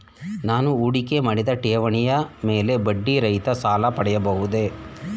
ನಾನು ಹೂಡಿಕೆ ಮಾಡಿದ ಠೇವಣಿಯ ಮೇಲೆ ಬಡ್ಡಿ ರಹಿತ ಸಾಲ ಪಡೆಯಬಹುದೇ?